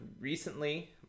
recently